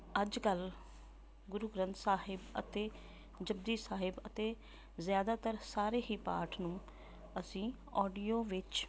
ਅੱਜ ਕੱਲ੍ਹ ਗੁਰੂ ਗ੍ਰੰਥ ਸਾਹਿਬ ਅਤੇ ਜਪੁਜੀ ਸਾਹਿਬ ਅਤੇ ਜ਼ਿਆਦਾਤਰ ਸਾਰੇ ਹੀ ਪਾਠ ਨੂੰ ਅਸੀਂ ਔਡੀਓ ਵਿੱਚ